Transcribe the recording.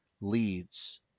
leads